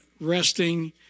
resting